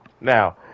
now